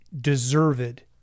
deserved